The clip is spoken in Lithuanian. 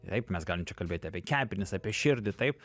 taip mes galim čia kalbėti apie kepenis apie širdį taip